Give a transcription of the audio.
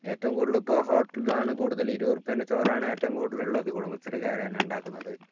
ഏറ്റവും കൂടുതൽ ഇപ്പോൾ ഹോട്ടൽ ആണ് കൂടുതൽ ഇരുപത് ഉറുപ്പ്യേൻ്റെ ചോറാണ് ഏറ്റവും കൂടുതൽ ഉള്ളത് കുടുംബശ്രീക്കാർ തന്നെ ഉണ്ടാക്കുന്നത്